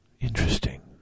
Interesting